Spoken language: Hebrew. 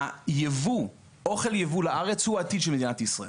יבוא אוכל לארץ הוא העתיד של מדינת ישראל.